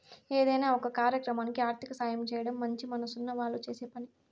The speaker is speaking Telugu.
ఏదైనా ఒక కార్యక్రమానికి ఆర్థిక సాయం చేయడం మంచి మనసున్న వాళ్ళు చేసే పని